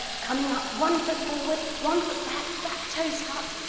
coming up one foot forward one foot back, back toes tucked,